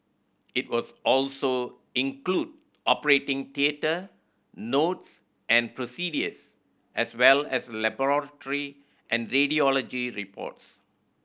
it will also include operating theatre notes and procedures as well as laboratory and radiology reports